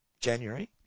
January